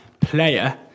player